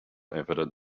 evident